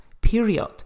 period